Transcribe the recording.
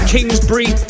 Kingsbury